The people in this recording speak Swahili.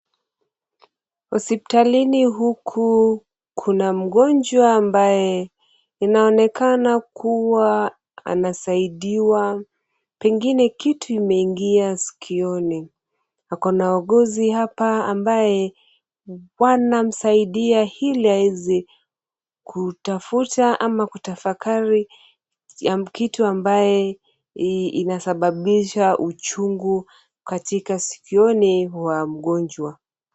Hospitalini huku kuna mgonjwa ambaye inaonekana kuwa anasaidiwa, pengine kitu imeingia sikioni. Ako na wauguzi hapa ambaye wanamsaidia ili aeze kutafuta ama kutafakari kitu ambaye inasababisha uchungu katika sikioni mwa mgonjwa.